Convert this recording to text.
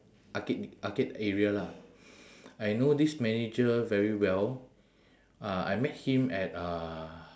arcade arcade area lah I know this manager very well uh I met him at uh